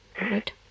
right